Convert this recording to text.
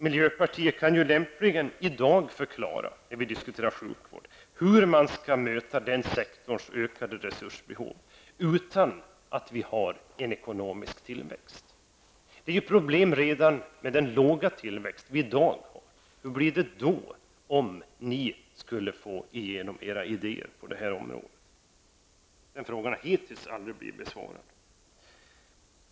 Miljöpartiet kan ju lämpligen i dag, när vi diskuterar sjukvård, förklara hur sjukvårdens ökade resursbehov skall mötas utan att vi har en ekonomisk tillväxt. Det är ju redan nu problem med den låga tillväxt som vi har i dag. Hur blir det då om miljöpartiet skulle få igenom sina idéer på detta område? Den frågan har hittills aldrig blivit besvarad.